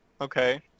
Okay